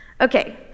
Okay